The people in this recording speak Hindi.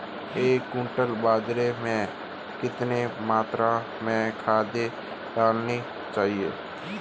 एक क्विंटल बाजरे में कितनी मात्रा में खाद डालनी चाहिए?